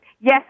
Yes